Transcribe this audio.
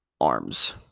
arms